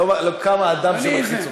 עוד לא קם האדם שמלחיץ אותך.